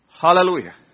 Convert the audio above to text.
Hallelujah